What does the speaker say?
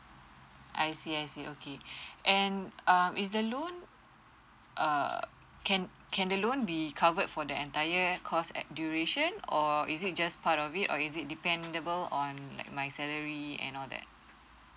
I see I see okay and um is the loan err can can the loan be covered for the entire course err duration or is it just part of it or is it dependable on like my salary and all that